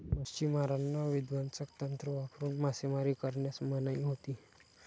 मच्छिमारांना विध्वंसक तंत्र वापरून मासेमारी करण्यास मनाई होती